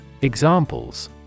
Examples